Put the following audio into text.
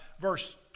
verse